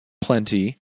plenty